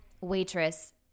waitress